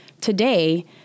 Today